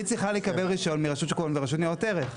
היא צריכה לקבל רישיון מרשות שון ההון ורשות ניירות ערך.